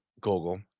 Google